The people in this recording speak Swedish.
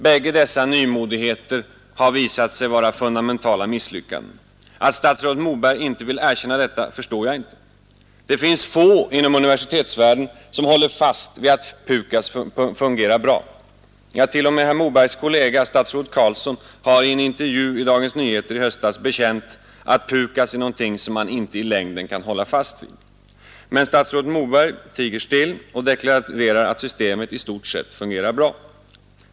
Bägge dessa nymodigheter har visat sig vara fundamentala misslyckanden. Att statsrådet Moberg inte vill erkänna detta förstår jag inte. Det finns få inom universitetsvärlden som håller fast vid att PUKAS fungerar bra, ja till och med herr Mobergs kollega, statsrådet Carlsson, har i en intervju i Dagens Nyheter i höstas bekänt att PUKAS är någonting som man inte i längden kan hålla fast vid. Men statsrådet Moberg han tiger still och deklarerar att systemet i stort sett fungerar bra.